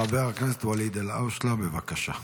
חבר הכנסת ואליד אלהואשלה, בבקשה.